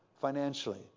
financially